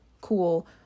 cool